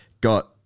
got